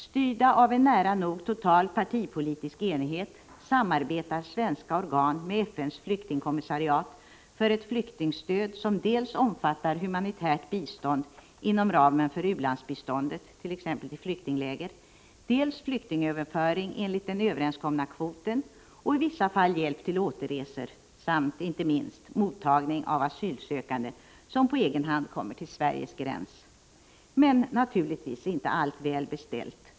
Styrda av en nära nog total partipolitisk enighet samarbetar svenska organ med FN:s flyktingkommissariat för ett flyktingstöd som omfattar dels humanitärt bistånd inom ramen för u-landsbiståndet till t.ex. flyktingläger, dels flyktingöverföring enligt den överenskomna kvoten och i vissa fall hjälp till återresor samt — inte minst — mottagning av asylsökande som på egen hand kommer till Sveriges gräns. Men naturligtvis är inte allt väl beställt.